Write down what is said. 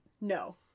No